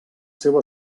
seu